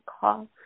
call